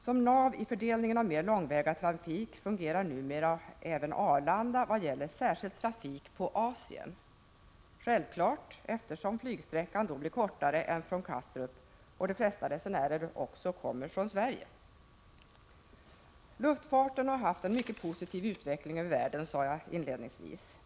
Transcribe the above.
Som nav i fördelningen av mer långväga trafik fungerar numera även Arlanda, särskilt vad gäller trafik på Asien — ganska självklart, eftersom flygsträckan då blir kortare än från Kastrup och de flesta av resenärerna kommer från Sverige. Luftfarten har haft en mycket positiv utveckling över världen, sade jag inledningsvis.